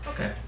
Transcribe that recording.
Okay